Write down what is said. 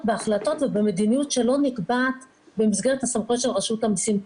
בהחלטות או במדיניות שלא נקבעת במסגרת הסמכויות של רשות המסים.